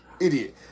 Idiot